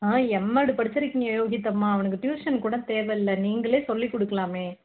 ஆ எம்ட்டு படிச்சிருக்கீங்க யோகித் அம்மா அவனுக்கு டியூஷன்கூட தேவயில்ல நீங்களே சொல்லிக்கொடுக்குலாமே